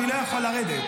אני לא יכול לרדת.